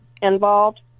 involved